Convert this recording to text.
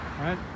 right